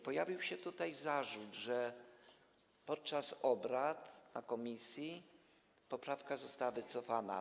Pojawił się tutaj zarzut, że podczas obrad komisji poprawka została wycofana.